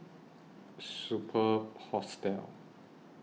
Superb Hostel